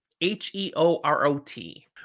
H-E-O-R-O-T